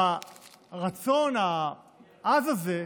ברצון העז הזה,